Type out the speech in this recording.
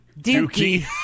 Dookie